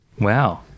Wow